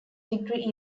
degree